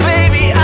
Baby